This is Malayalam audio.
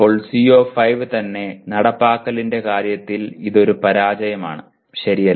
അപ്പോൾ CO5 തന്നെ നടപ്പാക്കലിന്റെ കാര്യത്തിൽ ഇത് ഒരു പരാജയമാണ് ശരി